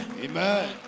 Amen